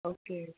okay